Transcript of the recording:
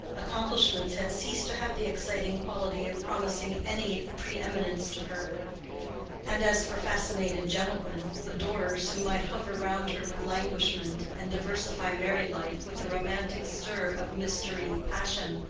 accomplishments had ceased to have the exciting quality of promising any pre-eminence to her and as for fascinated gentlemen adorers who might hover round her with languishment, and diversify married life with the romantic stir of mystery, passion,